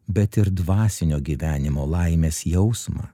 bet ir dvasinio gyvenimo laimės jausmą